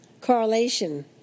correlation